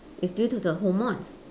it's due to the hormones